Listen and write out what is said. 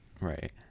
Right